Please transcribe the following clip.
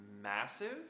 massive